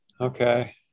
okay